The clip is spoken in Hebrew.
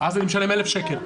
אז אתה משלם כפל.